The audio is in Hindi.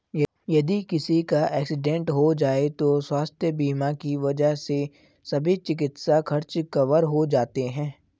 यदि किसी का एक्सीडेंट हो जाए तो स्वास्थ्य बीमा की वजह से सभी चिकित्सा खर्च कवर हो जाते हैं